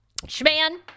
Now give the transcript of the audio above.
Schman